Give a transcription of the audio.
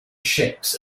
ships